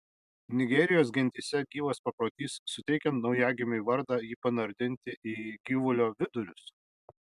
nigerijos gentyse gyvas paprotys suteikiant naujagimiui vardą jį panardinti į gyvulio vidurius